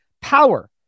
power